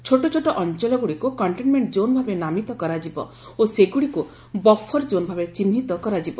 ଛୋଟଛୋଟ ଅଞ୍ଚଳଗୁଡ଼ିକୁ containment zone ଭାବେ ନାମିତ କରାଯିବ ଓ ସେଗୁଡ଼ିକୁ ବଫର ଜୋନ୍ ଭାବେ ଚିହ୍ନିତ କରାଯିବ